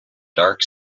dark